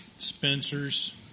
Spencer's